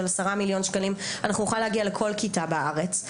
של 10 מיליון שקלים אנחנו נוכל להגיע לכל כיתה בארץ.